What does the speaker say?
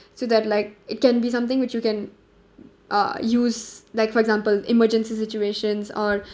so that like it can be something which you can uh use like for example emergency situations or